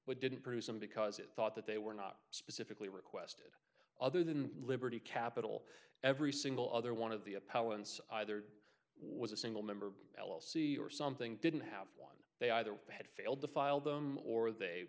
but didn't produce some because it thought that they were not specifically requested other than liberty capital every single other one of the a palin's either was a single member l l c or something didn't have one they either had failed to file them or they